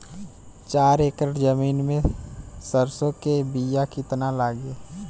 चार एकड़ जमीन में सरसों के बीया कितना लागी?